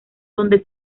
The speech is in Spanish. donde